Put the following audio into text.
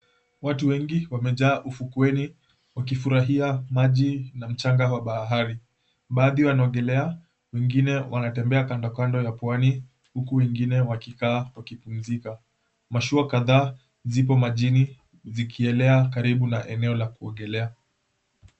Watu wengi wamejaa ufukweni wakifurahia maji na mchanga wa bahari. Baadhi wanaogelea wengine wanatembea kando kando ya pwani huku wengine wakikaa wakipumzika. Mashua kadhaa zipo majini zikielea karibu na eneo la kuogelea.